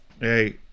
hey